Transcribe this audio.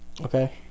Okay